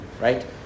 right